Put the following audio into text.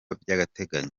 by’agateganyo